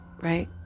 right